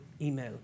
email